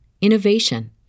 innovation